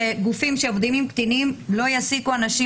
שגופים שעובדים עם קטינים לא יעסיקו אנשים